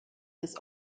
des